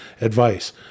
advice